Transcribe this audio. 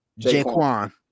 Jayquan